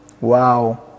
Wow